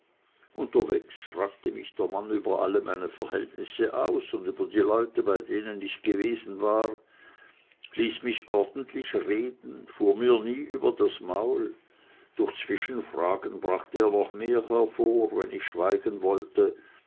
unterwegs fragte mich der mann über alle meine verhältnisse aus und über die leute bei denen ich gewesen war ließ mich ordentlich reden fuhr mir nie über das maul durch zwischenfragen brachte er noch mehr hervor wenn ich schweigen wollte